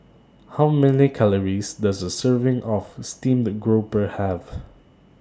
How Many Calories Does A Serving of Steamed Grouper Have